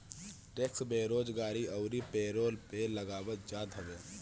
tax बेरोजगारी अउरी payroll पे लगावल जात हवे